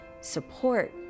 support